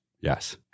Yes